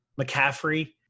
McCaffrey